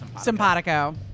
Simpatico